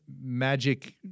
magic